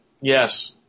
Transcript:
Yes